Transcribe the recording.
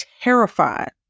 terrified